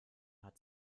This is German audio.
hat